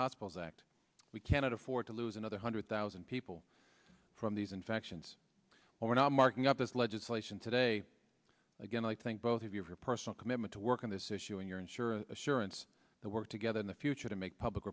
hospitals act we cannot afford to lose another hundred thousand people from these infections we're not marking up this legislation today again i think both of your personal commitment to work on this issue and your insurance assurance that work together future to make public